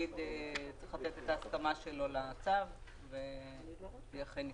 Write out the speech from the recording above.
הנגיד צריך לתת את ההסכמה שלו לצו ואכן היא ניתנה.